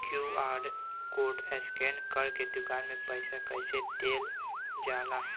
QR code scan करके दुकान में पईसा कइसे देल जाला?